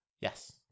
Yes